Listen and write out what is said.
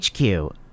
HQ